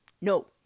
No